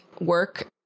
work